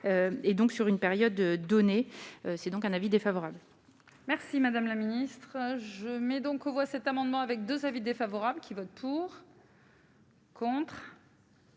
et donc sur une période donnée, c'est donc un avis défavorable. Merci madame la ministre, je mets donc aux voix cet amendement avec 2 avis défavorables qui tour. Abstention